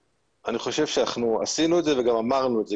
אני חושב שעשינו את זה וגם אמרנו את זה.